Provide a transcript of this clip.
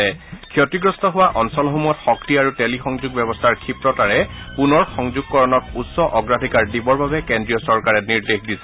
ওড়িশাৰ ক্ষতিগ্ৰস্ত হোৱা অঞ্চলসমূহত শক্তি আৰু টেলি সংযোগ ব্যৱস্থাৰ ক্ষীপ্ৰতাৰে পুনঃ সংযোগকৰণক উচ্চ অগ্ৰাধিকাৰ দিবৰ বাবে কেন্দ্ৰীয় চৰকাৰে নিৰ্দেশ দিছে